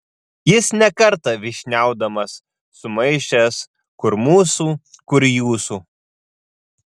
jis ne kartą vyšniaudamas sumaišęs kur mūsų kur jūsų